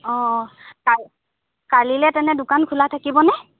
অ কালি কালিলৈ তেনে দোকান খোলা থাকিবনে